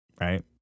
right